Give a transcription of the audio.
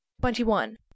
Twenty-one